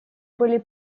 были